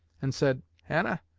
and said, hannah,